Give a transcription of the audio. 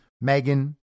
Megan